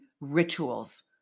rituals